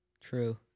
True